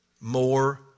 more